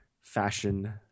fashion